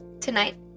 Tonight